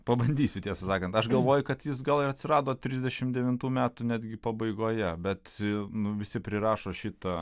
pabandysiu tiesą sakant aš galvoju kad jis gal ir atsirado trisdešimt devintų metų netgi pabaigoje bet nu visi prirašo šitą